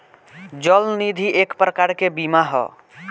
चल निधि एक प्रकार के बीमा ह